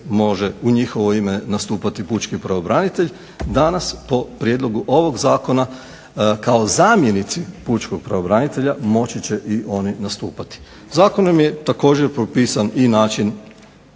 može u njihovo ime nastupati pučki pravobranitelj, danas po prijedlogu ovog zakona kao zamjenici pučkog pravobranitelja moći će i oni nastupati. Zakonom je također propisan način